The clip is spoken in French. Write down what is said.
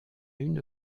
une